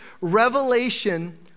revelation